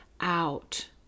out